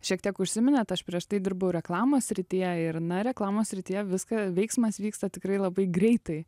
šiek tiek užsiminėt aš prieš tai dirbau reklamos srityje ir na reklamos srityje viską veiksmas vyksta tikrai labai greitai